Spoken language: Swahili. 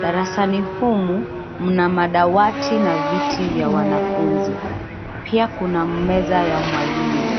Darasani humu mna madawati na viti vya wanafunzi. Pia kuna meza ya mwalimu.